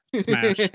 Smash